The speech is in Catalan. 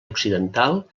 occidental